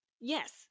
Yes